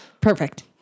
Perfect